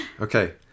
Okay